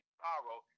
sorrow